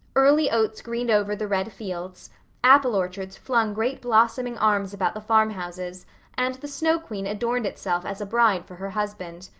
early oats greened over the red fields apple orchards flung great blossoming arms about the farmhouses and the snow queen adorned itself as a bride for her husband.